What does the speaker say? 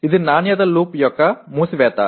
ఇది నాణ్యత లూప్ యొక్క మూసివేత